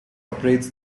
operates